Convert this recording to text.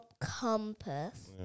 Compass